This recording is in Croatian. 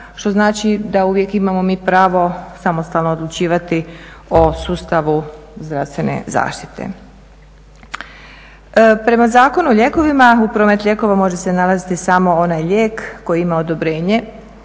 što znači da uvijek imamo mi pravo samostalno odlučivati u sustavu zdravstvene zaštite. Prema Zakonu o lijekovima u prometu lijekova može se nalaziti samo onaj lijek koji ima odobrenje